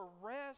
rest